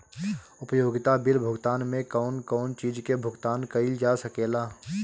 उपयोगिता बिल भुगतान में कौन कौन चीज के भुगतान कइल जा सके ला?